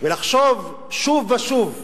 ולחשוב שוב ושוב,